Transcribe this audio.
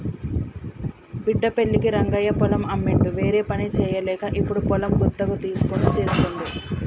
బిడ్డ పెళ్ళికి రంగయ్య పొలం అమ్మిండు వేరేపని చేయలేక ఇప్పుడు పొలం గుత్తకు తీస్కొని చేస్తుండు